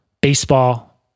baseball